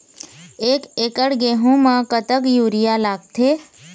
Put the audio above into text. एक एकड़ गेहूं म कतक यूरिया लागथे?